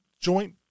joint